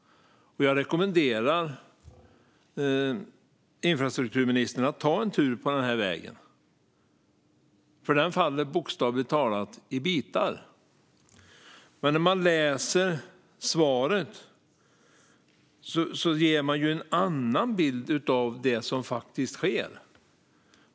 Jag rekommenderar infrastrukturministern att ta en tur på denna väg, för den faller bokstavligt talat i bitar. Men när man hör svaret ges en annan bild av det som sker.